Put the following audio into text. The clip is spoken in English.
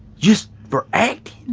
just for acting?